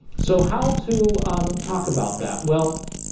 so how to um talk about that? well,